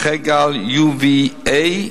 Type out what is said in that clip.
אורכי גל: UVA,